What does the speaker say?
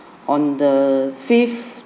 on the fifth